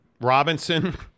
Robinson